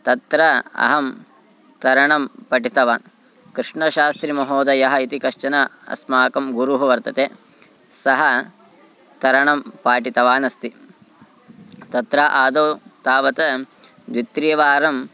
तत्र अहं तरणं पठितवान् कृष्णशास्त्रीमहोदयः इति कश्चन अस्माकं गुरुः वर्तते सः तरणं पाठितवानस्ति तत्र आदौ तावत् द्वित्रिवारम्